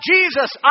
Jesus